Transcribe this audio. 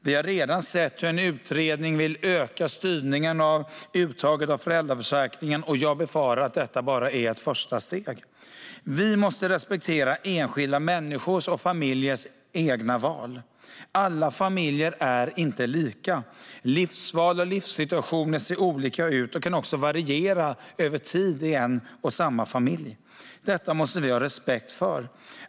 Vi har redan sett hur en utredning vill öka styrningen av uttaget av föräldraförsäkringen, och jag befarar att detta bara är ett första steg. Vi måste respektera enskilda människors och familjers egna val. Alla familjer är inte lika; livsval och livssituationer ser olika ut och kan också variera över tid i en och samma familj. Detta måste vi ha respekt för.